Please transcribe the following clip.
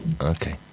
Okay